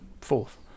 fourth